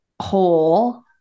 whole